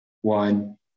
one